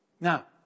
Now